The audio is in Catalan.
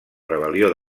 rebel·lió